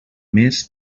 més